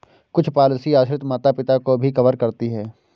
कुछ पॉलिसी आश्रित माता पिता को भी कवर करती है